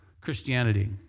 Christianity